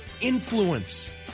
influence